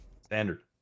Standard